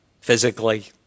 physically